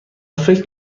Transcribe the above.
فکر